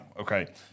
okay